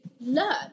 learn